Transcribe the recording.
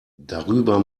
darüber